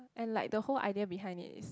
and like the whole idea behind it is